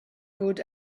good